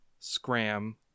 scram